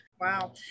Wow